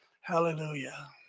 Hallelujah